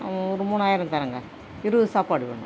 ஒரு மூணாயிரம் தரேங்க இருபது சாப்பாடு வேணும்